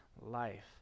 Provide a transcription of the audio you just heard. life